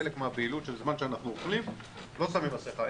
חלק מהפעילות בזמן שאנחנו אוכלים לא שמים מסכה,